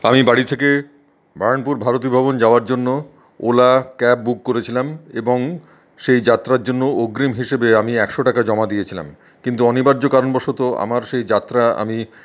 আমি বাড়ি থেকে নয়নপুর ভারতী ভবন যাওয়ার জন্য ওলা ক্যাব বুক করেছিলাম এবং সেই যাত্রার জন্য অগ্রিম হিসাবে আমি একশো টাকা জমা দিয়েছিলাম কিন্তু অনিবার্য কারণবশত আমার সেই যাত্রা আমি